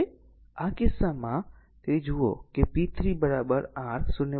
તેથી આ કિસ્સામાં r તેથી જો જુઓ કે p 3 r 0